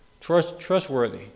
Trustworthy